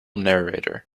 narrator